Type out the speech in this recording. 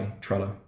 Trello